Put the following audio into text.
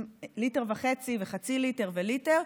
ליטר וחצי, חצי ליטר וליטר,